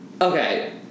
okay